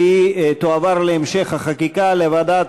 אומנה לילדים,